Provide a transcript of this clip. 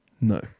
No